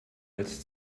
als